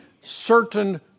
certain